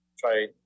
try